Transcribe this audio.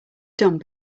dumb